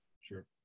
sure